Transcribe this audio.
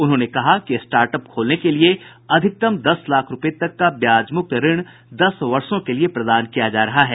उन्होंने कहा कि स्टार्टअप खोलने के लिए अधिकतम दस लाख रूपये तक का ब्याजमुक्त ऋण दस वर्षों के लिए प्रदान किया जा रहा है